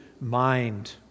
mind